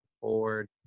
forward